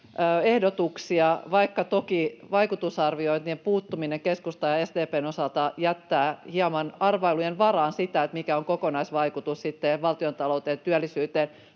ehdotuksia, vaikka toki vaikutusarviointien puuttuminen keskustan ja SDP:n osalta jättää hieman arvailujen varaan sitä, mikä on kokonaisvaikutus sitten valtiontalouteen ja työllisyyteen